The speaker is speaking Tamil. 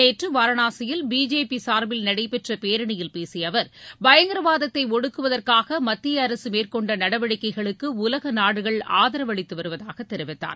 நேற்று வாரணாசியில் பிஜேபி சார்பில் நடைபெற்ற பேரணியில் பேசிய அவர் பயங்கரவாதத்தை ஒடுக்குவதற்காக மத்திய அரசு மேற்கொண்ட நடவடிக்கைகளுக்கு உலக நாடுகள் ஆதரவு அளித்து வருவதாக தெரிவித்தார்